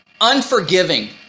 unforgiving